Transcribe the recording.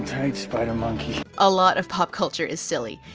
tight spider monkey alot of pop culture is silly.